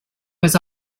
was